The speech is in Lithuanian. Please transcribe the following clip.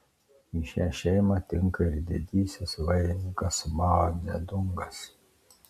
į šią šeimą tinka ir didysis vairininkas mao dzedungas